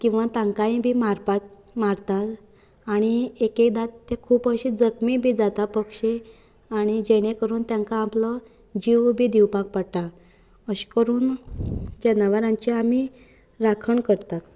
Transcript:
किंवां तांकांय बी मारपाक मारतात आनी एक एकदां ते खूब अशे जखमी बी जातात पक्षी आनी जेणे करून तांका आपलो जीव बी दिवपाक पडटा अशें करून जनावरांची आमी राखण करतात